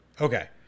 okay